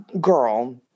girl